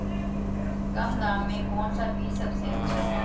कम दाम में कौन सा बीज सबसे अच्छा है?